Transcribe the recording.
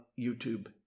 YouTube